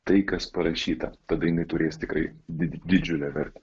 tai kas parašyta tada jinai turės tikrai di didžiulę vertę